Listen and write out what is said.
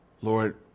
Lord